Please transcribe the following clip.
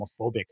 homophobic